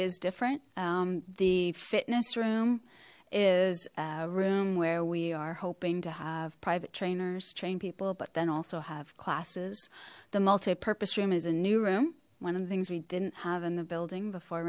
is different the fitness room is a room where we are hoping to have private trainers trained people but then also have classes the multi purpose room is a new room one of the things we didn't have in the building before